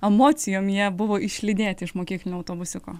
emocijom jie buvo išlydėti iš mokyklinio autobusiuko